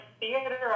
theater